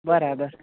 બરાબર